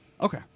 okay